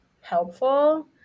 helpful